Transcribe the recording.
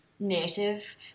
native